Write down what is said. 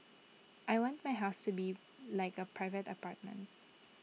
I want my house to be like A private apartment